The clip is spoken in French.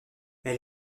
elle